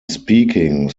speaking